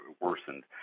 worsened